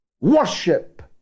worship